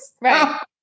Right